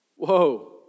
Whoa